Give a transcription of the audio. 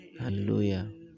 Hallelujah